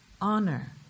Honor